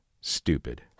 stupid